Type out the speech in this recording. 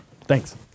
Thanks